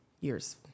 years